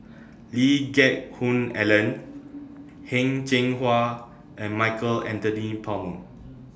Lee Geck Hoon Ellen Heng Cheng Hwa and Michael Anthony Palmer